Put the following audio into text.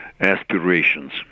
aspirations